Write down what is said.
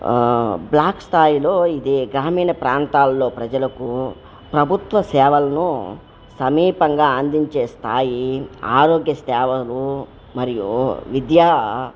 black స్థాయిలో ఇదే గ్రామీణ ప్రాంతాల్లో ప్రజలకు ప్రభుత్వ సేవలను సమీపంగా అందించే స్థాయి ఆరోగ్య సేవలు మరియు విద్యా